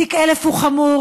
תיק 1000 הוא חמור,